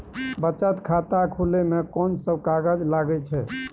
बचत खाता खुले मे कोन सब कागज लागे छै?